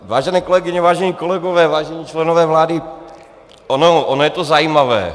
Vážené kolegyně, vážení kolegové, vážení členové vlády, ono je to zajímavé.